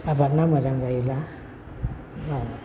आबादना मोजां जायोब्ला